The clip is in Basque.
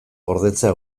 gordetzea